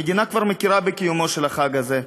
המדינה כבר מכירה בקיומו של החג הזה.